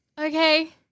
Okay